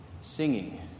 singing